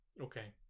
Okay